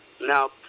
now